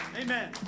Amen